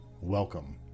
Welcome